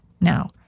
Now